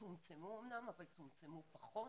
צומצמו אמנם, אבל צומצמו פחות,